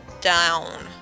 down